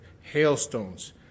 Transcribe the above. hailstones